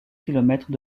kilomètres